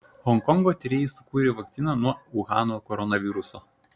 honkongo tyrėjai sukūrė vakciną nuo uhano koronaviruso